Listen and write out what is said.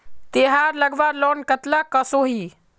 तेहार लगवार लोन कतला कसोही?